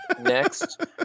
next